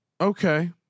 Okay